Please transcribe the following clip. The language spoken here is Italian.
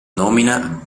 nomina